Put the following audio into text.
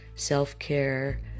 Self-care